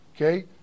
Okay